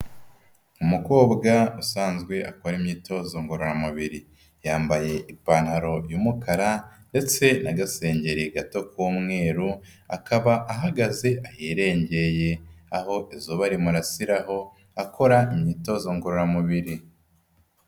Umukobwa usanzwe akora imyitozo ngororamubiri, yambaye ipantaro y'umukara ndetse n'agasengeri gato k'umweru, akaba ahagaze ahirengeye, aho izuba rimurasiraho akora imyitozo ngororamubiri.